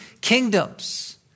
kingdoms